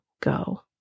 go